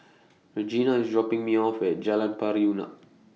Regina IS dropping Me off At Jalan Pari Unak